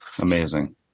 Amazing